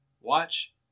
watch